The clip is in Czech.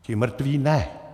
Ti mrtví ne.